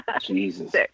Jesus